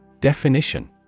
Definition